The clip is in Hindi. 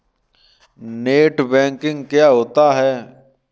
नेट बैंकिंग क्या होता है?